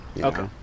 Okay